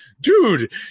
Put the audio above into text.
dude